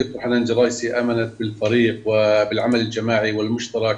ד"ר חנאן ג'ראיסי האמינה בצוותיות ובעבודה הקבוצתית המשותפת.